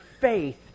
faith